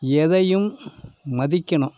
எதையும் மதிக்கணும்